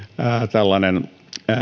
tällainen